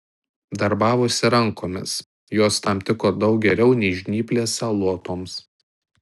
darbavosi rankomis jos tam tiko daug geriau nei žnyplės salotoms